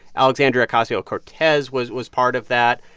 alexandria ocasio-cortez was was part of that.